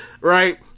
right